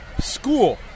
school